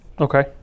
Okay